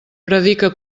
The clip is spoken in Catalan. predica